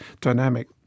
dynamic